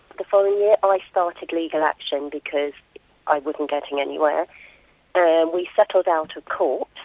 the following year i started legal action because i wasn't getting anywhere and we settled out of court,